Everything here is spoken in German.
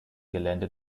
gelände